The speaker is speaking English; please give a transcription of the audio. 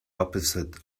opposite